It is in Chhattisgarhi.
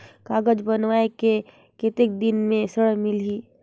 कागज बनवाय के कतेक दिन मे ऋण मिलही?